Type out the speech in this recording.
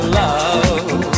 love